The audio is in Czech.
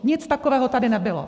Nic takového tady nebylo.